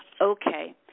Okay